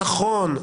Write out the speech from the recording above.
נכון,